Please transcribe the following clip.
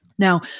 Now